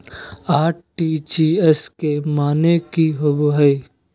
RTGS के माने की होबो है?